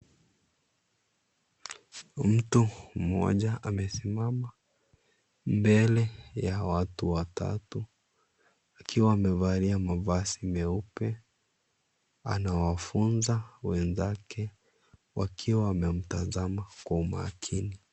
Mtu mmoja amesimama mbele ya watu watatu, akiwa amevalia mavazi meupe, anawafunza wenzake wakiwa wamemtazama kwa umakini.